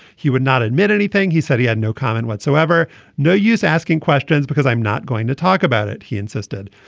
he would not admit anything. he said he had no comment whatsoever no use asking questions because i'm not going to talk about it he insisted.